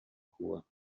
rua